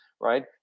right